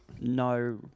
no